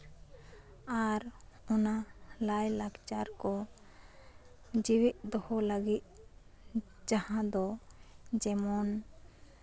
ᱟᱨ ᱚᱱᱟ ᱞᱟᱭᱼᱞᱟᱠᱪᱟᱨ ᱠᱚ ᱡᱮᱣᱭᱮᱛ ᱫᱚᱦᱚ ᱞᱟᱹᱜᱤᱫ ᱡᱟᱦᱟᱸ ᱫᱚ ᱡᱮᱢᱚᱱ